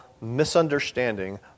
misunderstanding